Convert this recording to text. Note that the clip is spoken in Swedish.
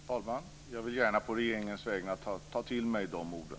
Fru talman! Jag vill gärna på regeringens vägnar ta till mig de orden.